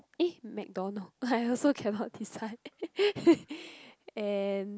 eh McDonalds I also cannot decide and